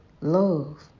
love